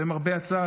שלמרבה הצער,